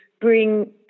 bring